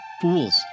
fools